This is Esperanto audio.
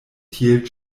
tiel